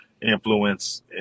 Influence